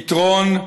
פתרון,